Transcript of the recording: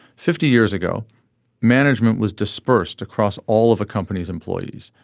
fifty years ago management was dispersed across all of a company's employees.